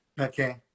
Okay